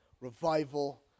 revival